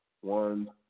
one